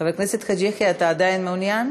חבר הכנסת חאג' יחיא, אתה עדיין מעוניין?